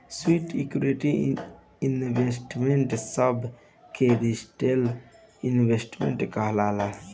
sweat equity investor सभ के retail investor कहाला